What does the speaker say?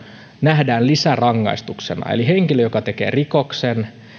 nähdään lisärangaistuksena eli henkilö joka tekee rikoksen